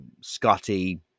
scotty